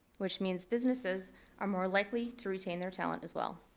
which means businesses are more likely to retain their talent as well.